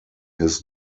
his